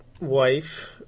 wife